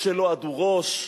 שלא אד"ו ראש,